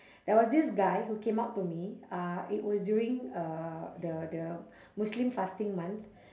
there was this guy who came up to me uh it was during uh the the muslim fasting month